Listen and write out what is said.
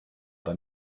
bei